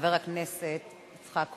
חבר הכנסת יצחק כהן.